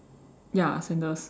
ya sandals